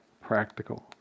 practical